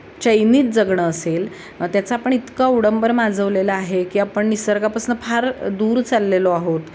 चैनीत जगणं असेल त्याचं आपण इतकं अवडंबर माजवलेलं आहे की आपण निसर्गापासून फार दूर चाललेलो आहोत